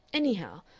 anyhow,